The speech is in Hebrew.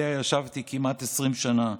שעליה ישבתי כמעט 20 שנה,